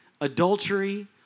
adultery